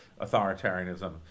authoritarianism